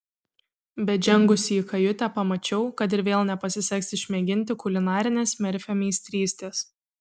bet žengusi į kajutę pamačiau kad ir vėl nepasiseks išmėginti kulinarinės merfio meistrystės